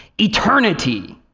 eternity